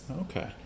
Okay